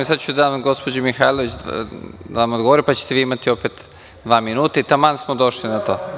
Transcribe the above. Daću reč gospođi Mihajlović da vam dogovori, pa ćete vi imati opet dva minuta i taman smo došli na to.